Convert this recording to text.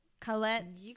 Colette